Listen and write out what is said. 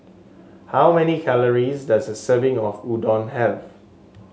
how many calories does a serving of Udon have